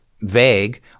vague